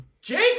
Jake